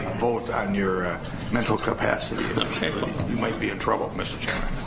both on your mental capacity, you might be in trouble mr. chairman,